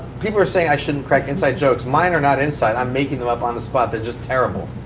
people are saying i shouldn't crack inside jokes. mine are not inside. i'm making them up on the spot. they're just terrible.